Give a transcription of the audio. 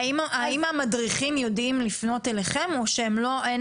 האם המדריכים יודעים לפנות אליכם או שאין